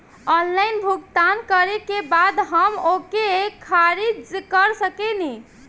Online भुगतान करे के बाद हम ओके खारिज कर सकेनि?